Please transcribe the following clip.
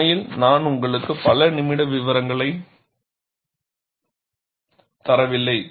உண்மையில் நான் உங்களுக்கு பல நிமிட விவரங்களைத் தரவில்லை